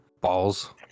balls